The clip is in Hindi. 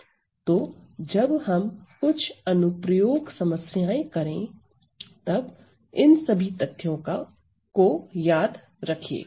तो जब हम कुछ अनुप्रयोग समस्याएं करें तब इन सभी तथ्यों को याद रखिएगा